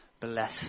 Bless